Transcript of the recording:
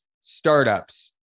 startups